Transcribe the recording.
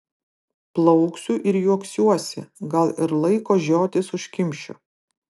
plauksiu ir juoksiuosi gal ir laiko žiotis užkimšiu